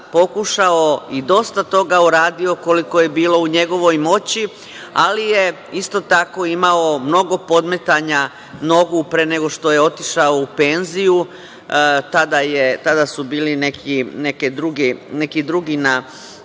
pokušao i dosta toga uradio, koliko je bilo u njegovoj moći, ali je isto tako imao mnogo podmetanja nogu pre nego što je otišao u penziju. Tada su bili neki drugi na